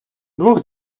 двох